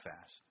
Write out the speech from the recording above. fast